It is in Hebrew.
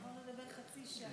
אתה יכול לדבר חצי שעה.